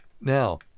Now-